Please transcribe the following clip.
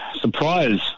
surprise